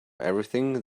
everything